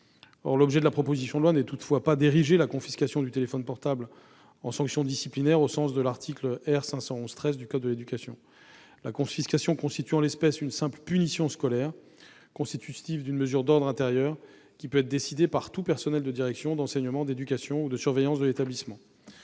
Or l'objet de la proposition de loi n'est pas d'ériger la confiscation du téléphone portable en sanction disciplinaire, au sens de l'article R.511-13 du code de l'éducation. La confiscation représente en l'espèce une simple punition scolaire, constitutive d'une mesure d'ordre intérieur, qui peut être décidée par tout personnel de direction, d'enseignement, d'éducation ou de surveillance de l'établissement.